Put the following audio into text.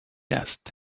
dust